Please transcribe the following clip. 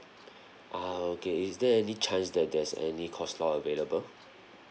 ah okay is there any chance that there's any coleslaw available